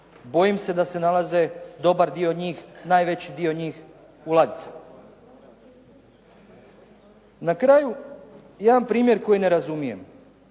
Bojim se da se nalaze dobar dio njih, najveći dio njih u ladicama. Na kraju, jedan primjer koji ne razumijem.